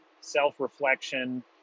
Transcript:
self-reflection